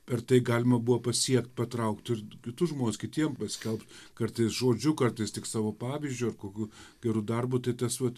per tai galima buvo pasiekt patraukt ir kitus žmones kitiem paskelbt kartais žodžiu kartais tik savo pavyzdžiu ar kokiu geru darbu tai tas vat